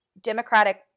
Democratic